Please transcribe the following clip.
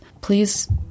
please